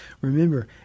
Remember